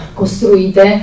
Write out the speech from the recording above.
costruite